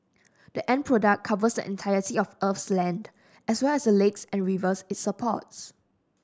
the end product covers the entirety of Earth's land as well as the lakes and rivers it supports